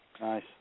Nice